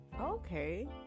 Okay